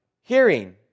hearing